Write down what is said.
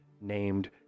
named